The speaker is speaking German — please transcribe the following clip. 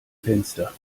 fenster